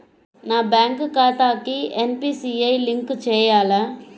నా బ్యాంక్ ఖాతాకి NPCI link చేయాలా?